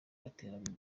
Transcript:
yateraga